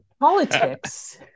Politics